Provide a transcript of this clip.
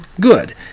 good